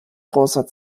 großer